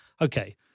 Okay